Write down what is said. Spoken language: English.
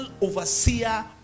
overseer